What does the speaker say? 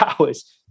hours